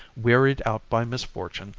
wearied out by misfortune,